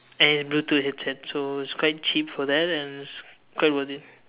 and it's Bluetooth headset so it's quite cheap for that and it's quite worth it